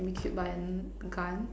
be killed by a n~ gun